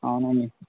అవునండి